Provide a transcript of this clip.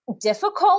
difficult